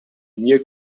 near